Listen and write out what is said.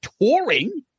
touring